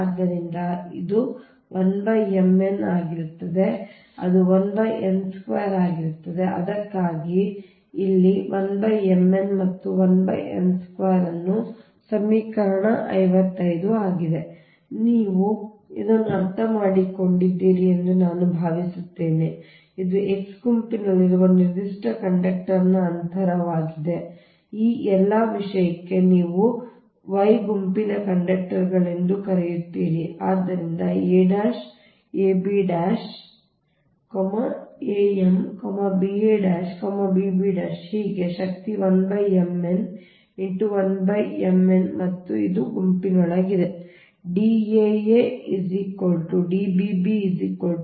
ಆದ್ದರಿಂದ ಇದು 1 m n ಆಗಿರುತ್ತದೆ ಮತ್ತು ಅದು 1 n2 ಆಗಿರುತ್ತದೆ ಅದಕ್ಕಾಗಿಯೇ ಇಲ್ಲಿ ಅದು 1 m n ಮತ್ತು ಇಲ್ಲಿ ಅದು 1n2 ಮತ್ತು ಇದು ಸಮೀಕರಣ 55 ಆಗಿದೆ ನೀವು ಇದನ್ನು ಅರ್ಥಮಾಡಿಕೊಂಡಿದ್ದೀರಿ ಎಂದು ನಾನು ಭಾವಿಸುತ್ತೇನೆ ಇದು X ಗುಂಪಿನಲ್ಲಿರುವ ನಿರ್ದಿಷ್ಟ ಕಂಡಕ್ಟರ್ನ ಅಂತರವಾಗಿದೆ ಈ ಎಲ್ಲಾ ವಿಷಯಕ್ಕೆ ನೀವು Y ಗುಂಪಿನಲ್ಲಿ ಕಂಡಕ್ಟರ್ಗಳು ಎಂದು ಕರೆಯುತ್ತೀರಿ ಆದ್ದರಿಂದ a a b a m b a b b ಹೀಗೆ ಶಕ್ತಿ 1 m n 1 m n ಮತ್ತು ಇದು ಗುಂಪಿನೊಳಗೆ ಇದೆ